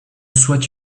souhaite